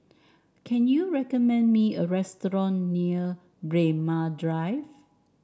can you recommend me a restaurant near Braemar Drive